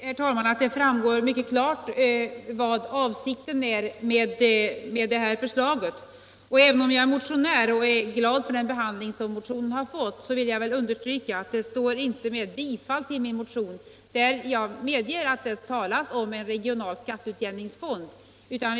: Herr talman! Jag tror att avsikten med förslaget framgår mycket klart. Även om jag är motionär och är glad över den behandling som motionen fått vill jag understryka att det inte talas om bifall till motionen i betänkandet. Men jag medger att det talas om. en regional skatteutjämningsfond.